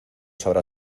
sabrá